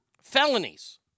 Felonies